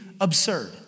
absurd